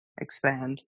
expand